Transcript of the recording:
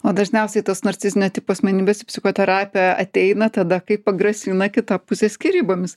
o dažniausiai tos narcizinio tipo asmenybės į psichoterapiją ateina tada kai pagrasina kita pusė skyrybomis